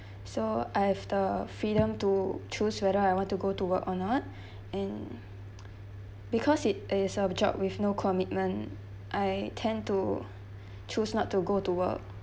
so I have the freedom to choose whether I want to go to work or not and because it is a job with no commitment I tend to choose not to go to work